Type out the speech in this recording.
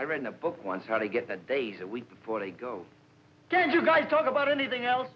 i read in a book once how to get the days a week before they go did you guys talk about anything else